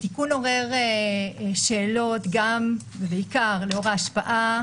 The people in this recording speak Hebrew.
התיקון עורר שאלות גם ובעיקר לאור ההשפעה